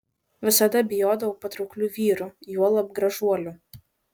visada bijodavau patrauklių vyrų juolab gražuolių